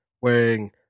wearing